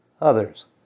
others